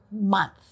month